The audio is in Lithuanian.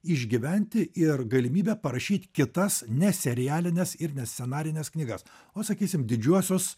išgyventi ir galimybė parašyti kitas ne serialines ir ne scenarines knygas o sakysim didžiuosius